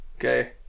Okay